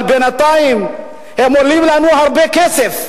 אבל בינתיים הם עולים לנו הרבה כסף.